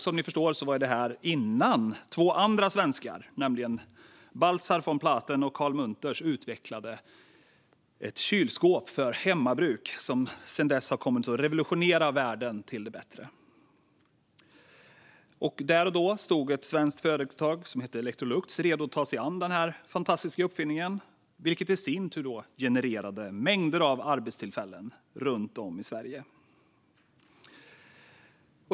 Som ni förstår var detta innan två andra svenskar, Baltzar von Platen och Carl Munters, utvecklade ett kylskåp för hemmabruk som sedan dess har revolutionerat världen till det bättre. Där och då stod ett svenskt företag, Electrolux, redo att ta sig an den fantastiska uppfinningen. Detta i sin tur genererade mängder av arbetstillfällen runt om i Sverige.